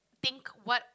think what